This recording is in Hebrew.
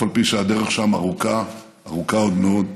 אף על פי שהדרך שם ארוכה, ארוכה עד מאוד.